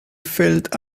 felt